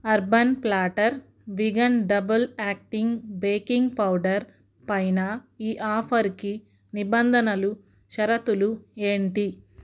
urban Platter vegan double acting baking powder పైన ఈ ఆఫరుకి నిబంధనలు షరతులు ఏంటి